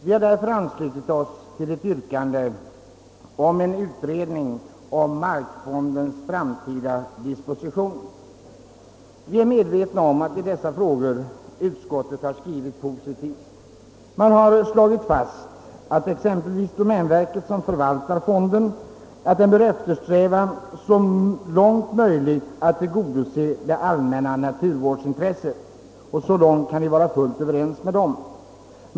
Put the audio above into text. Vi har därför anslutit oss till ett yrkande om en utredning angående markfondens framtida disposition. Vi är medvetna om att utskottets skrivning i dessa frågor är positiv. Utskottet har exempelvis slagit fast, att domänverket som förvaltar fonden bör eftersträva att tillgodose det allmänna naturvårdsintresset. Så långt kan vi vara överens med utskottet.